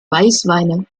weißweine